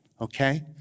okay